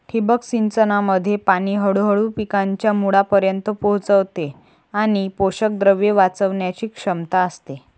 ठिबक सिंचनामध्ये पाणी हळूहळू पिकांच्या मुळांपर्यंत पोहोचते आणि पोषकद्रव्ये वाचवण्याची क्षमता असते